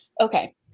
okay